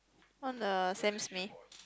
on the Sam-Smith